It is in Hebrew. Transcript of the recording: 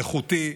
איכותי,